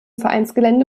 vereinsgelände